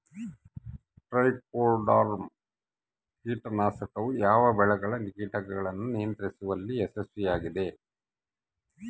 Trichoderma ಕೇಟನಾಶಕವು ಯಾವ ಬೆಳೆಗಳ ಕೇಟಗಳನ್ನು ನಿಯಂತ್ರಿಸುವಲ್ಲಿ ಯಶಸ್ವಿಯಾಗಿದೆ?